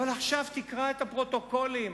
אבל עכשיו תקרא את הפרוטוקולים.